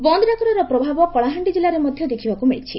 ବନ୍ଦ ଡାକରାର ପ୍ରଭାବ କଳାହାଣ୍ଡି ଜିଲ୍ଲାରେ ମଧ୍ଧ ଦେଖ୍ବାକୁ ମିଳିଛି